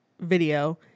video